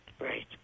Right